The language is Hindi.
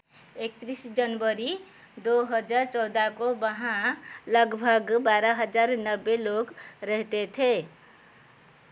एकतीस जनवरी दो हज़ार चौदह को वहाँ लगभग बारह हज़ार नब्बे लोग रहते थे